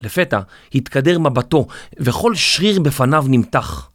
לפתע התקדר מבטו, וכל שריר בפניו נמתח.